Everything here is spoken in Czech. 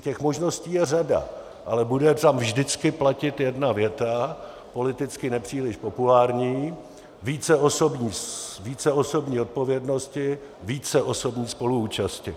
Těch možností je řada, ale bude tam vždycky platit jedna věta politicky nepříliš populární: Více osobní odpovědnosti, více osobní spoluúčasti.